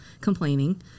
complaining